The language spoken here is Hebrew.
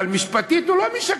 אבל משפטית הוא לא משקר,